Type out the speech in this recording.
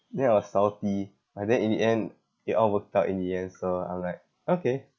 then I was salty but then in the end it all worked out in the end so I'm like okay